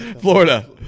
Florida